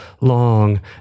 Long